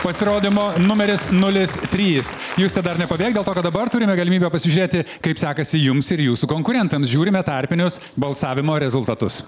pasirodymo numeris nulis trys juste dar nepabėk dėl to kad dabar turime galimybę pasižiūrėti kaip sekasi jums ir jūsų konkurentams žiūrime tarpinius balsavimo rezultatus